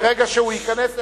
מרגע שהוא ייכנס,